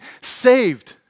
saved